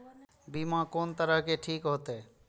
बीमा कोन तरह के ठीक होते?